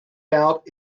out